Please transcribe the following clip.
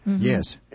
Yes